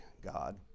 God